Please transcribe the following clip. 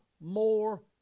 more